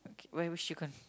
okay where which chicken